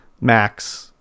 Max